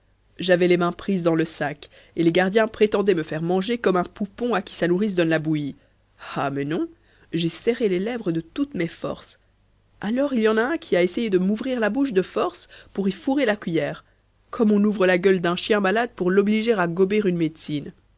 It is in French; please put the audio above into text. j'avais les mains prises dans le sac et les gardiens prétendaient me faire manger comme un poupon à qui sa nourrice donne la bouillie ah mais non j'ai serré les lèvres de toutes mes forces alors il y en a un qui a essayé de m'ouvrir la bouche de force pour y fourrer la cuillère comme on ouvre la gueule d'un chien malade pour l'obliger à gober une médecine